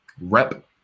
Rep